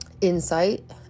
insight